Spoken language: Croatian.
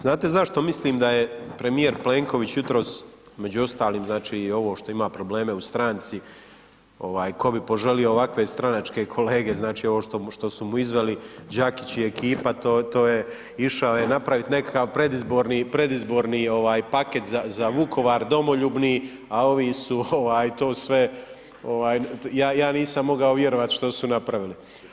Znate zašto mislim da je premijer Plenković jutros među ostalim i ovo što ima probleme u stranci ovaj ko bi poželio ovakve stranačke kolege znači ovo što su mu izveli Đakić i ekipa, išao je napraviti nekakav predizborni paket za Vukovar domoljubni, a ovi su to sve ovaj, ja nisam mogao vjerovati što su napravili.